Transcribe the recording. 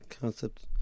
concept